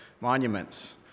monuments